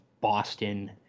Boston